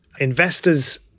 investors